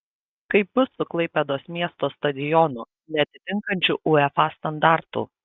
kaip bus su klaipėdos miesto stadionu neatitinkančiu uefa standartų